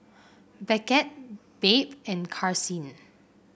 Beckett Babe and Karsyn